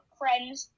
friends